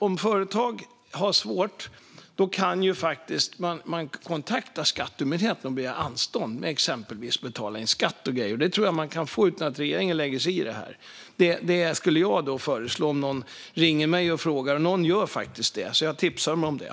Om företag har det svårt kan de kontakta Skatteverket och begära anstånd med att exempelvis betala in skatt. Det tror jag att de kan få utan att regeringen lägger sig i. Det skulle jag föreslå om någon ringer mig och frågar, och det gör faktiskt någon. Då tipsar jag om det.